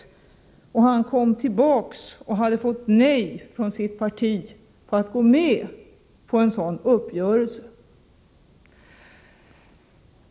Börje Hörnlund kom tillbaka och hade fått nej från sitt parti till att gå med på en sådan uppgörelse.